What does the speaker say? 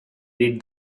read